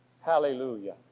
Hallelujah